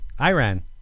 Iran